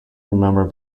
remember